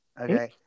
Okay